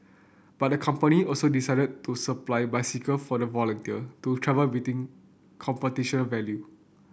but the company also decided to supply bicycle for the volunteer to travel between competition value